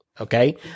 Okay